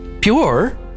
pure